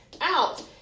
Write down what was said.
out